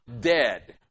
dead